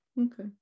okay